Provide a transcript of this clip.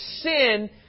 sin